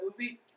movie